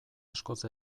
askoz